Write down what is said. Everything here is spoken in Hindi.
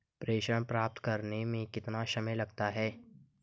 प्रेषण प्राप्त करने में कितना समय लगता है?